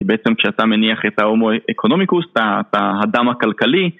בעצם כשאתה מניח את ההומואקונומיקוס את ה את ההאדם הכלכלי